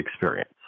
experience